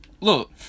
Look